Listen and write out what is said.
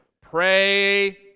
Pray